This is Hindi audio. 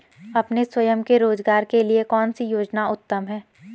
अपने स्वयं के रोज़गार के लिए कौनसी योजना उत्तम है?